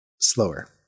slower